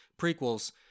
prequels